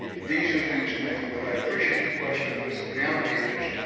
these are things going through but i appreciate the question because the reality is,